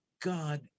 God